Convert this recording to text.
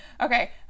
Okay